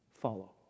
Follow